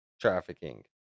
trafficking